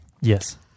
Yes